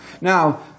Now